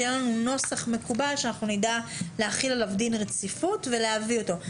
שיהיה לנו נוסח מקובל שאנחנו נדע להחיל עליו דין רציפות ולהביא אותו.